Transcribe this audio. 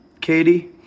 Katie